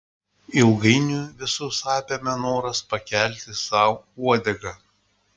ilgainiui visus apėmė noras pakelti sau uodegą